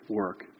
work